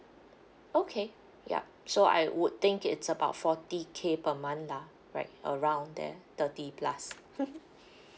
okay ya so I would think it's about forty K per month lah right around there thirty plus mm